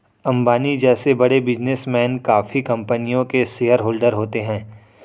अंबानी जैसे बड़े बिजनेसमैन काफी कंपनियों के शेयरहोलडर होते हैं